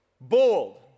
bold